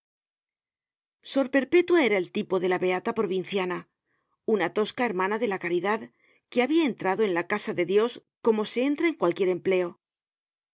perpétua era el tipo de la beata provinciana una tosca hermana de la caridad que habia entrado en la casa de dios como se entra en cualquier empleo